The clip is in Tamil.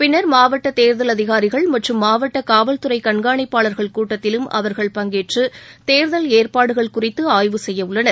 பின்னர் மாவட்ட தேர்தல் அதிகாரிகள் மற்றும் மாவட்ட காவல்துறை கண்காளிப்பாளர்கள் கூட்டத்திலும் அவர்கள் பங்கேற்று தேர்தல் ஏற்பாடுகள் குறித்து ஆய்வு செய்யவுள்ளனர்